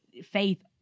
faith